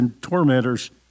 tormentors